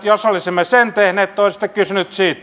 jos olisimme sen tehneet te olisitte kysynyt siitä